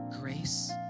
Grace